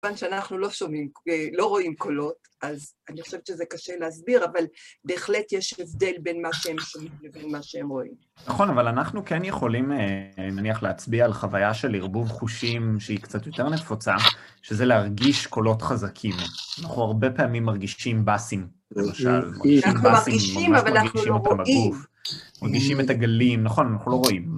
כמובן שאנחנו לא שומעים, לא רואים קולות, אז אני חושבת שזה קשה להסביר, אבל בהחלט יש הבדל בין מה שהם שומעים לבין מה שהם רואים. נכון, אבל אנחנו כן יכולים, נניח להצביע על חוויה של ערבוב חושים שהיא קצת יותר נפוצה, שזה להרגיש קולות חזקים. אנחנו הרבה פעמים מרגישים בסים, למשל, מרגישים בסים, אנחנו מרגישים אבל אנחנו לא רואים, אנחנו מרגישים את זה בגוף. מרגישים את הגלים, נכון, אנחנו לא רואים.